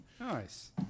Nice